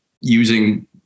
using